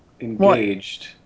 engaged